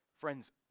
Friends